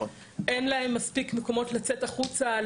אין להם מספיק מקומות לצאת החוצה,